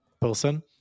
person